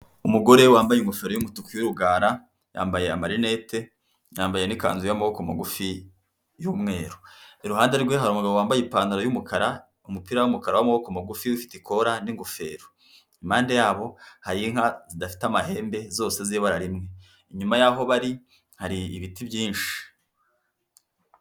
Umugore wambaye ingofero y'umutuku y'urugara, yambaye amarinete, yambaye n'ikanzu y'amaboko magufi y'umweru. Iruhande rwe hari umugabo wambaye ipantaro y'umukara, umupira w'umukara w'amaboko magufi ufite ikora n'ingofero. Impande yabo hari inka zidafite amahembe zose z'ibara rimwe. Inyuma yaho bari hari ibiti byinshi.